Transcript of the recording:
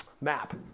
Map